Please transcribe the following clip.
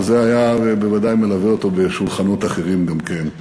אבל זה בוודאי ליווה אותו בשולחנות אחרים גם כן.